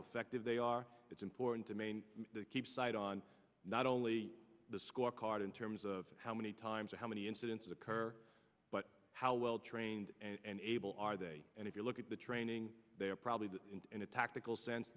effective they are it's important to maintain that keep side on not only the scorecard in terms of how many times how many incidents occur but how well trained and able are they and if you look at the training they are probably that in a tactical sense